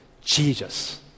Jesus